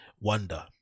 wonder